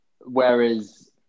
Whereas